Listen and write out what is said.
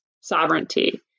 sovereignty